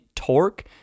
torque